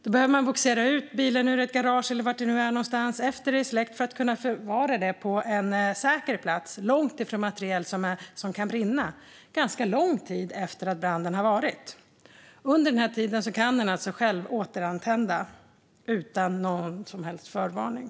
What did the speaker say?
Då behöver man bogsera ut bilen ur ett garage eller något annat ställe efter att branden är släckt för att kunna förvara bilen, under ganska lång tid efter branden, på en säker plats långt från material som kan brinna. Under denna tid kan bilen alltså återantändas utan någon som helst förvarning.